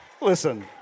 Listen